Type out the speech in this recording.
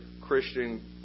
Christian